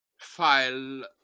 file